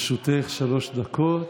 לרשותך שלוש דקות,